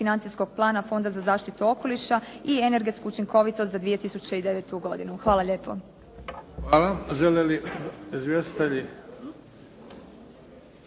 Financijskog plana Fonda za zaštitu okoliša i energetsku učinkovitost za 2009. godinu. Hvala lijepa. **Bebić,